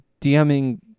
DMing